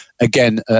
again